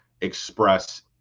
express